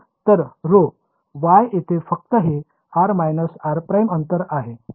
तर rho y येथे फक्त हे r − r ′ अंतर आहे ठीक